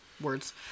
words